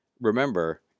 remember